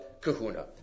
kahuna